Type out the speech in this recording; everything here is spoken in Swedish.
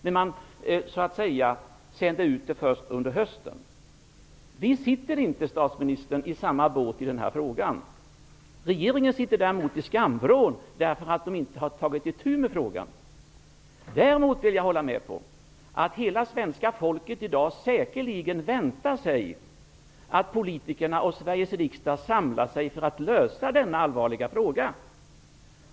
Men man sände ut det först under hösten. Vi sitter inte i samma båt i denna fråga, statsministern. Regeringen sitter i skamvrån därför att den inte har tagit itu med frågan. Jag vill däremot hålla med om att hela svenska folket i dag säkerligen väntar sig att politikerna och Sveriges riksdag samlar sig för att lösa denna allvarliga fråga.